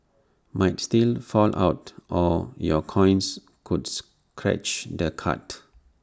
might still fall out or your coins could scratch the card